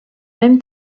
même